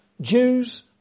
Jews